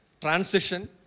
Transition